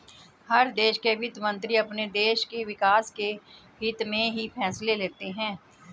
हर देश के वित्त मंत्री अपने देश के विकास के हित्त में ही फैसले लेते हैं